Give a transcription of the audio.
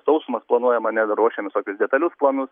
sausumas planuojam ar ne dar ruošiamės tokius detalius planus